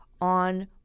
on